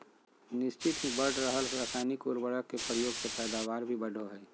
निह्चित ही बढ़ रहल रासायनिक उर्वरक के प्रयोग से पैदावार भी बढ़ो हइ